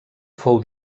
fou